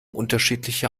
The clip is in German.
unterschiedliche